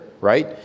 right